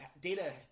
Data